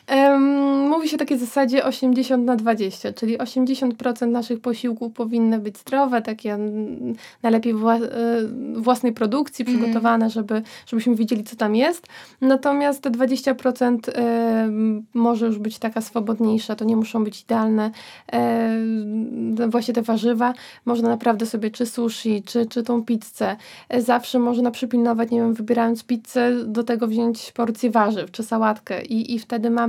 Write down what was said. Em, mówi się o takiej zasadzie 80 na 20, czyli 80% naszych posiłków powinny być zdrowe, takie, mm, najlepiej wła- e, własnej produkcji Mhm. przygotowane, żeby- żebyśmy wiedzieli, co tam jest. Natomiast te 20%, em, może już być taka swobodniejsza, to nie muszą być idealne, em, no właśnie te warzywa. Można naprawdę sobie czy sushi, czy- czy tą pizzę. E, zawsze można przypilnować, nie wiem, wybierając pizzę, do tego wziąć porcję warzyw czy sałatkę i- i wtedy mamy